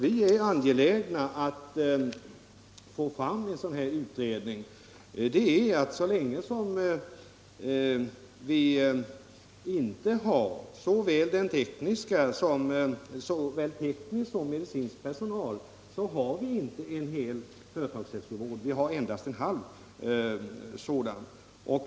Vi är angelägna om att få fram en utredning beträffande företagshälsovården. Så länge vi inte har såväl teknisk som medicinsk personal har vi inte en hel företagshälsovård — vi har endast en halv sådan.